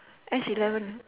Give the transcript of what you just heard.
S-eleven